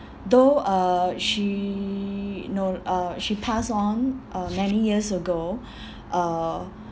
though uh she no uh she passed on uh many years ago uh